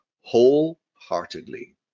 Wholeheartedly